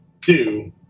two